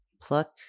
pluck